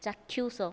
ଚାକ୍ଷୁଷ